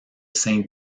saint